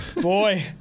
Boy